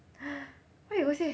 !huh! why you go say